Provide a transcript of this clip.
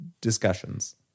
discussions